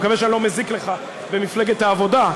אני מקווה שאני לא מזיק לך במפלגת העבודה,